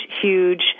huge